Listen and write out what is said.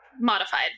modified